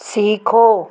सीखो